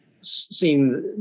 seen